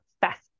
fast